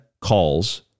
calls